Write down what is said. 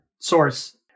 source